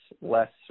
less